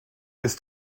ist